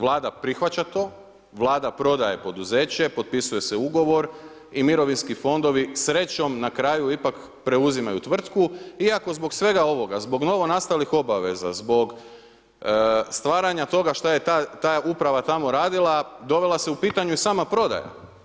Vlada prihvaća to, Vlada prodaje poduzeće, potpisuje se ugovor i mirovinski fondovi srećom na kraju ipak preuzimaju tvrtku iako zbog svega ovoga, zbog novonastalih obaveza, zbog stvaranja toga što je ta uprava tamo radila, dovela se u pitanje i sama prodaja.